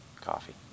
coffee